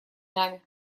нами